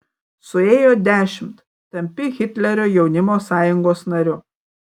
suėjo dešimt tampi hitlerio jaunimo sąjungos nariu